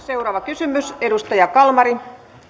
seuraava kysymys edustaja kalmari